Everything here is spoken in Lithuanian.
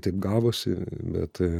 taip gavosi bet